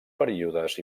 períodes